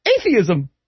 atheism